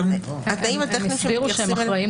גם -- אני אומר שהממשקים שיוצאים מתוך המערכת